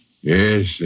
Yes